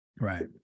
Right